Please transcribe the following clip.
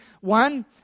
one